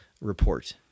report—